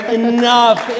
enough